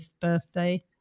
birthday